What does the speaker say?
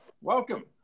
Welcome